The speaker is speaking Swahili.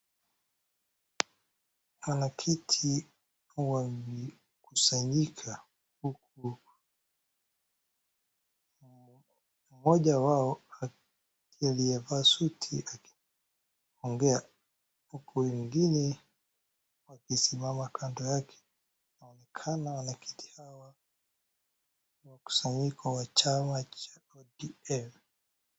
Wanakiti wamekusanyika huku mmoja wao aliyevaa suti akiongea uku wengine wamesimama kando yake, inaonekana wanakiti hawa ni mkusanyiko wa chama cha ODM.